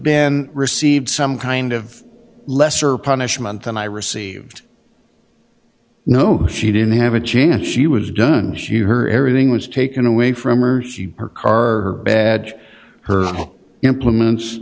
been received some kind of lesser punishment than i received no she didn't have a chance she was done she her everything was taken away from or her car badge her implements